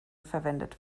verwendet